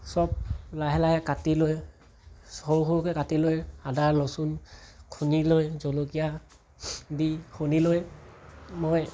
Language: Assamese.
চব লাহে লাহে কাটি লৈ সৰু সৰুকৈ কাটি লৈ আদা ৰচুন খুন্দি লৈ জলকীয়া দি খুন্দি লৈ মই